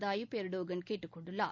Tayyip Erdogan கேட்டுக் கொண்டுள்ளார்